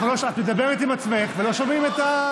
את מדברת עם עצמך ולא שומעים את,